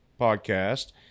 podcast